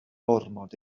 ormod